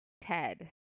Ted